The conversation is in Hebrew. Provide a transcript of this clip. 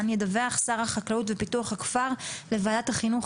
ידווח שר החקלאות ופיתוח הכפר לוועדת החינוך,